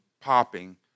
popping